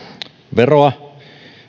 veroa ja